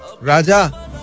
Raja